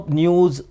news